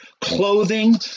clothing